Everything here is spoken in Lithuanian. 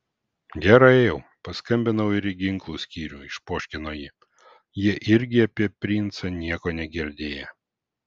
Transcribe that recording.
gerai jau paskambinau ir į ginklų skyrių išpoškino ji jie irgi apie princą nieko negirdėję